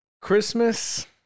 Christmas